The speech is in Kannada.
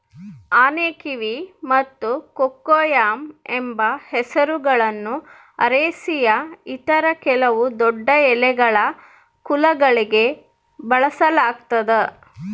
ಆನೆಕಿವಿ ಮತ್ತು ಕೊಕೊಯಮ್ ಎಂಬ ಹೆಸರುಗಳನ್ನು ಅರೇಸಿಯ ಇತರ ಕೆಲವು ದೊಡ್ಡಎಲೆಗಳ ಕುಲಗಳಿಗೆ ಬಳಸಲಾಗ್ತದ